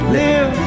live